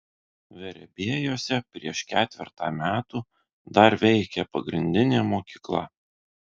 verebiejuose prieš ketvertą metų dar veikė pagrindinė mokykla